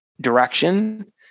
direction